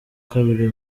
kabiri